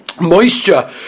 moisture